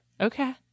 Okay